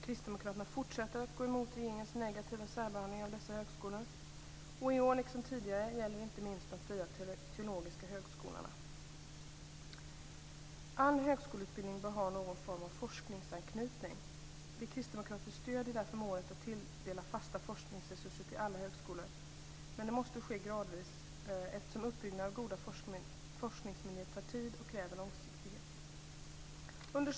Kristdemokraterna fortsätter att gå emot regeringens negativa särbehandling av dessa högskolor. I år liksom tidigare gäller detta inte minst de fria teologiska högskolorna. All högskoleutbildning bör ha någon form av forskningsanknytning. Vi kristdemokrater stöder därför målet att tilldela fasta forskningsresurser till alla högskolor, men det måste ske gradvis eftersom uppbyggnaden av goda forskningsmiljöer tar tid och kräver långsiktighet.